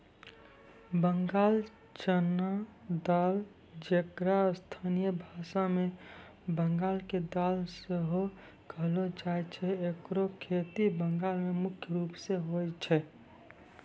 बंगाल चना दाल जेकरा स्थानीय भाषा मे बंगाल के दाल सेहो कहलो जाय छै एकरो खेती बंगाल मे मुख्य रूपो से होय छै